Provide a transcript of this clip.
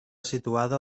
situada